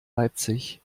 leipzig